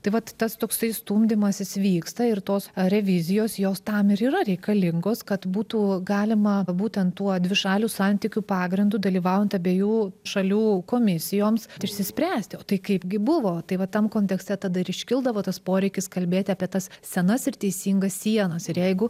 tai vat tas toksai stumdymasis vyksta ir tos revizijos jos tam ir yra reikalingos kad būtų galima būtent tuo dvišalių santykių pagrindu dalyvaujant abiejų šalių komisijoms išsispręsti o tai kaipgi buvo tai va tam kontekste tada ir iškildavo tas poreikis kalbėti apie tas senas ir teisingas sienas ir jeigu